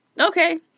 Okay